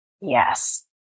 Yes